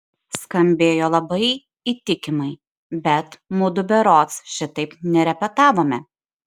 skambėjo labai įtikimai bet mudu berods šitaip nerepetavome